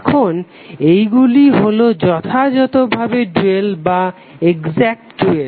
এখন এইগুলি হলো যথাযথ ভাবে ডুয়াল